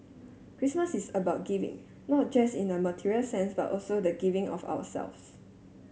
Christmas is about giving not just in a material sense but also the giving of ourselves